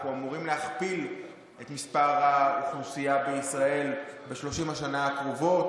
אמורים להכפיל את מספר האוכלוסייה בישראל ב-30 השנה הקרובות.